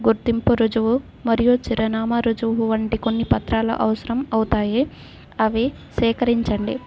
గుర్తింపు రుజువు మరియు చిరునామా రుజువు వంటి కొన్ని పత్రాల అవసరం అవుతాయి అవి సేకరించండి